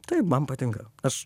taip man patinka aš